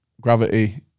gravity